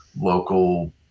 local